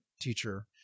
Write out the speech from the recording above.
teacher